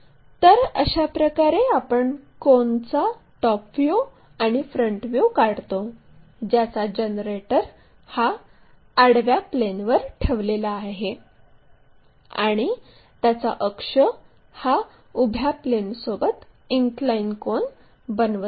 तर अशाप्रकारे आपण कोनचा टॉप व्ह्यू आणि फ्रंट व्ह्यू काढतो ज्याचा जनरेटर हा आडव्या प्लेनवर ठेवलेला आहे आणि त्याचा अक्ष हा उभ्या प्लेनसोबत इनक्लाइन कोन बनवित आहे